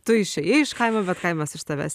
tu išėjai iš kaimo bet kaimas iš tavęs